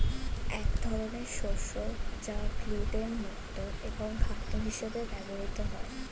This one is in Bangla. এক ধরনের শস্য যা গ্লুটেন মুক্ত এবং খাদ্য হিসেবে ব্যবহৃত হয়